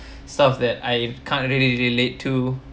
source of that I can't really relate to